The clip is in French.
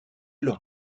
lors